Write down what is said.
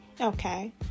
Okay